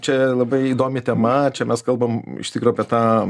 čia labai įdomi tema čia mes kalbam iš tikro apie tą